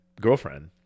girlfriend